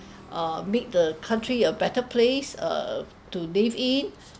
uh make the country a better place uh to live in